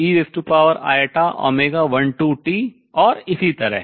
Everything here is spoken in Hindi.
x11 x12 ei12t और इसी तरह